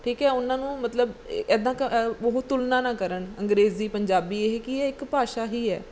ਠੀਕ ਹੈ ਉਹਨਾਂ ਨੂੰ ਮਤਲਬ ਇੱਦਾਂ ਕ ਉਹ ਤੁਲਨਾ ਨਾ ਕਰਨ ਅੰਗਰੇਜ਼ੀ ਪੰਜਾਬੀ ਇਹ ਕੀ ਹੈ ਇੱਕ ਭਾਸ਼ਾ ਹੀ ਹੈ